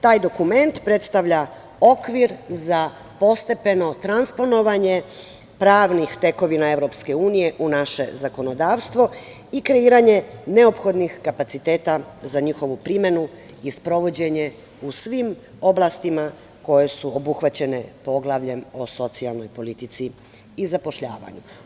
Taj dokument predstavlja okvir za postepeno transponovanje pravnih tekovina Evropske unije u naše zakonodavstvo i kreiranje neophodnih kapaciteta za njihovu primenu i sprovođenje u svim oblastima koje su obuhvaćene Poglavljem o socijalnoj politici i zapošljavanju.